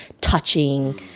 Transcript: touching –